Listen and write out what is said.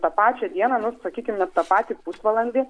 tą pačią dieną nu sakykim net tą patį pusvalandį